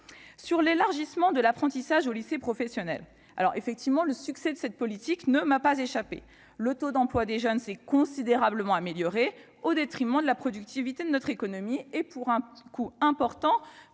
l'élargissement de l'apprentissage aux lycées professionnels, par exemple. Certes, le succès de cette politique ne m'a pas échappé : le taux d'emploi des jeunes s'est considérablement amélioré, mais au détriment de la productivité de notre économie et avec un coût important